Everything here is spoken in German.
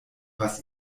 was